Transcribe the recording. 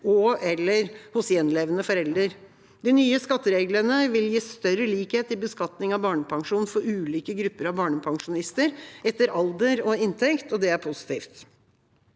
og/eller hos gjenlevende forelder. De nye skattereglene vil gi større likhet i beskatning av barnepensjon for ulike grupper av barnepensjonister etter alder og inntekt. Det er positivt.